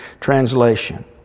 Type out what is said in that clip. Translation